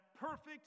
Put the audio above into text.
perfect